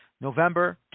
November